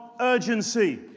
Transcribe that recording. urgency